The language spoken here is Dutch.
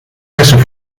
lessen